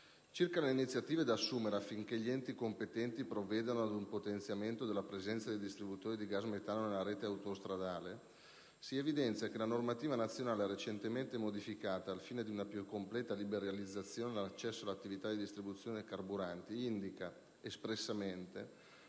Circa le iniziative da assumere affinché gli enti competenti provvedano ad un potenziamento della presenza dei distributori di gas metano nella rete autostradale, si evidenzia che la normativa nazionale, recentemente modificata al fine di una più completa liberalizzazione all'accesso all'attività di distribuzione carburanti indica espressamente